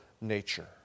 nature